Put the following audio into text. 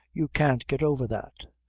you can't get over that.